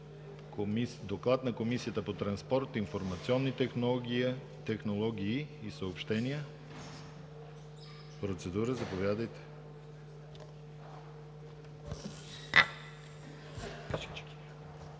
Доклад на Комисията по транспорт, информационни технологии и съобщения. Заповядайте